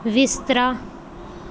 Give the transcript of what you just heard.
ਬਿਸਤਰਾ